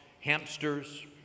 hamsters